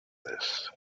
this